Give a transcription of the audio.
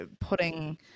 putting